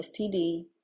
STD